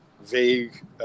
vague